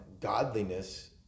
godliness